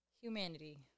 humanity